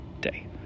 day